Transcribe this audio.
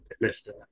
lifter